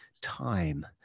time